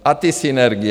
A ty synergie.